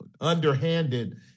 underhanded